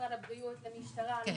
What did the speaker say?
משרד הבריאות למשטרה למשפטית,